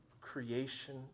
creation